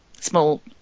small